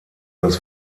das